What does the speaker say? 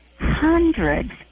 hundreds